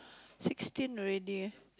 sixteen already eh